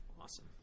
awesome